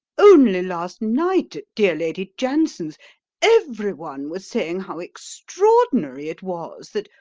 only last night at dear lady jansen's every one was saying how extraordinary it was that,